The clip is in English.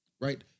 right